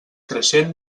creixent